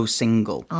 single